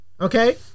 Okay